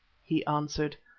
he answered,